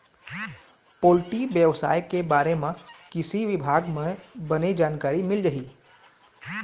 poultry बेवसाय के बारे म कृषि बिभाग म बने जानकारी मिल जाही